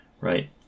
right